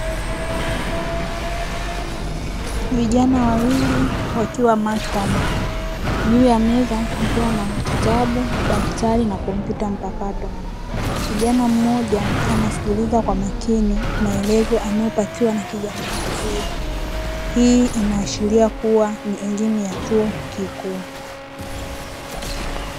Vijana wawili wakiwa maktaba, juu ya meza kukiwa na kitabu, daftari na kompyuta mpakato. Kijana mmoja anasikiliza kwa makini maelezo anayopatiwa na kijana, hii inaashiria kuwa ni elimu ya chuo kikuu.